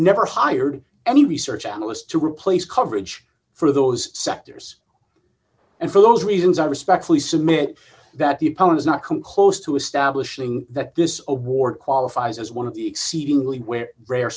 never hired any research analyst to replace coverage for those sectors and for those reasons i respectfully submit that the opponent is not come close to establishing that this award qualifies as one of the exceedingly where rare